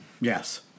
Yes